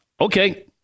Okay